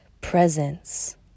presence